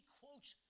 quotes